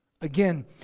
Again